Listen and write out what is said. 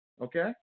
Okay